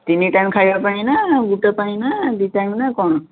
ତିନି ଟାଇମ୍ ଖାଇବା ପାଇଁ ନା ଗୋଟିଏ ପାଇଁ ନା ଦି ଟାଇମ୍ ନା କ'ଣ